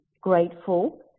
grateful